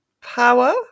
power